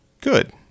good